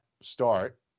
start